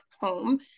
home